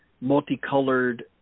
multicolored